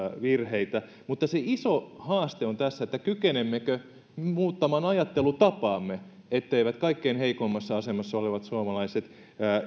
virheitä mutta se iso haaste on tässä kykenemmekö muuttamaan ajattelutapaamme etteivät kaikkein heikoimmassa asemassa olevat suomalaiset